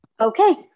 Okay